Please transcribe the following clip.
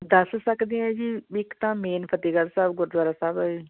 ਦੱਸ ਸਕਦੇ ਆ ਜੀ ਇੱਕ ਤਾਂ ਮੇਨ ਫਤਿਹਗੜ੍ਹ ਸਾਹਿਬ ਗੁਰਦੁਆਰਾ ਸਾਹਿਬ ਹੈ